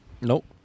Nope